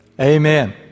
Amen